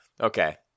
Okay